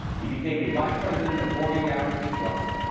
he became a vice president of morgan guarantee trust.